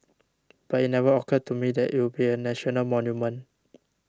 but it never occurred to me that it would be a national monument